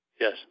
Yes